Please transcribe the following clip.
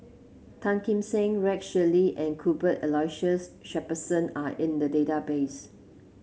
Tan Kim Seng Rex Shelley and Cuthbert Aloysius Shepherdson are in the database